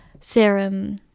serum